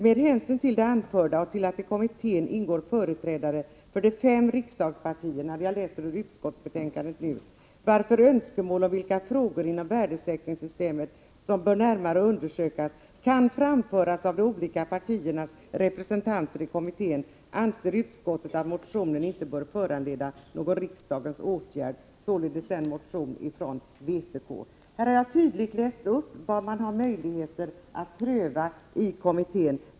Med hänsyn till det anförda och till att i kommittén ingår företrädare för de fem riksdagspartierna, varför önskemål om vilka frågor inom värdesäkringssystemet som bör närmare undersökas kan framföras av de olika partiernas representanter i kommittén, anser utskottet att motionen inte bör föranleda någon riksdagens åtgärd.” Här avses således en motion från vpk. Jag har här tydligt läst upp vad kommittén har möjligheter att pröva.